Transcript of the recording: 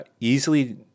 easily